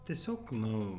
tiesiog nu